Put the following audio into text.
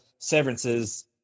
severances